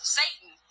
satan